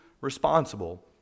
responsible